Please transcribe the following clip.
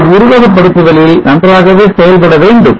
அது உருவகப்படுத்துதலில் நன்றாகவே செயல்படவேண்டும்